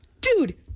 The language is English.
Dude